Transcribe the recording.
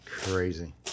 crazy